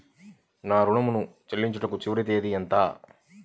నా ఋణం ను చెల్లించుటకు చివరి తేదీ ఎంత?